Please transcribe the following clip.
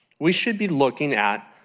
we should be looking at